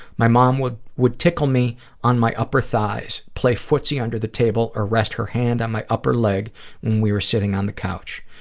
my mom would would tickle me on my upper thighs, play footsy under the table, or rest her hand on my upper leg when we were sitting on the couch.